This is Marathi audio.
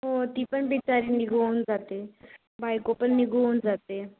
हो ती पण बिचारी निघून जाते बायको पण निघून जाते